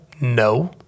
No